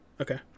Okay